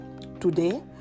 Today